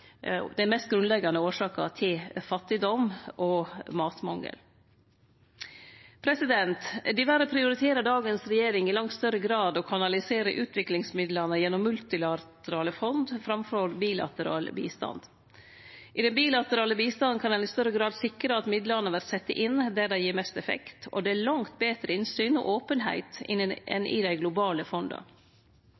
grunnleggjande årsaka til fattigdom og matmangel. Diverre prioriterer dagens regjering i langt større grad å kanalisere utviklingsmidlane gjennom multilaterale fond framfor bilateral bistand. I den bilaterale bistanden kan ein i større grad sikre at midlane vert sette inn der dei gir mest effekt, og det er langt betre innsyn og openheit enn